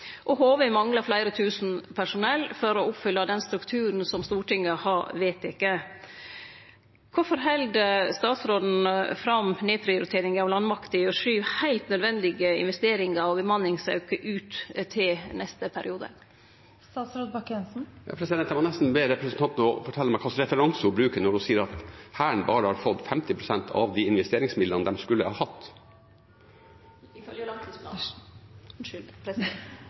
og HV manglar fleire tusen personell for å oppfylle den strukturen som Stortinget har vedteke. Kvifor held statsråden fram nedprioritering av landmakta og skyv heilt nødvendige investeringar og bemanningsauke ut til neste periode? Jeg må nesten be representanten om å fortelle meg hva slags referanse hun bruker når hun sier at Hæren bare har fått 50 pst. av de investeringsmidlene de skulle hatt…